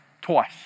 twice